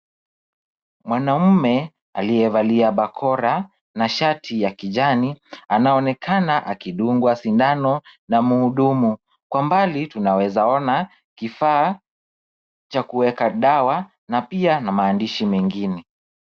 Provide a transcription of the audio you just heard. Mwanamume aliyevalia bakora na shati ya kijani anaonekana akidungwa sindano na mhudumu. Kwa mbali tunawezaona kifaa cha kuweka dawa na pia na maandishi mengine.